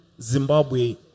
Zimbabwe